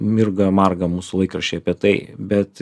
mirga marga mūsų laikraščiai apie tai bet